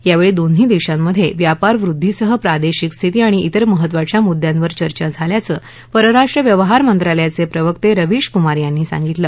यावेळी दोन्ही देशांमध्ये व्यापार वृद्धीसह प्रादेशिक स्थिती आणि तेर महत्त्वाच्या मुद्यांवर चर्चा झाल्याचं परराष्ट्र व्यवहार मंत्रालयाचे प्रवक्ते रविश कुमार यांनी सांगितलं